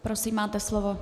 Prosím, máte slovo.